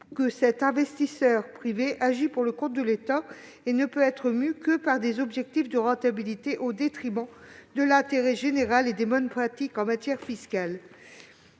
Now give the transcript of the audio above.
que cet investisseur privé agit pour le compte de l'État et ne peut être mû par des objectifs de rentabilité au détriment de l'intérêt général et des bonnes pratiques en matière fiscale.